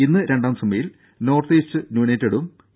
ഇന്ന് രണ്ടാം സെമിയിൽ നോർത്ത് ഈസ്റ്റ് യുണൈറ്റഡും എ